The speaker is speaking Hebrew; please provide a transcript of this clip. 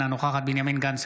אינה נוכחת בנימין גנץ,